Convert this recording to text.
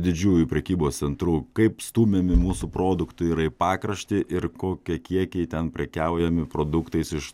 didžiųjų prekybos centrų kaip stumiami mūsų produktai yra į pakraštį ir kokie kiekiai ten prekiaujami produktais iš